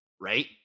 Right